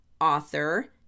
author